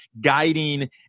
guiding